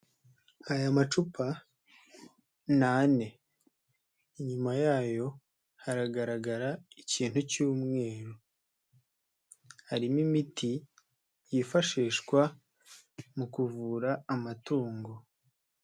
Aya macupa ni ane, inyuma yayo hagaragara ikintu cy'umweru, harimo imiti yifashishwa mu kuvura amatungo.